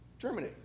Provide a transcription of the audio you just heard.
Germany